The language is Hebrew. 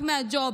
רק מהג'וב,